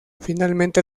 finalmente